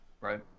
Right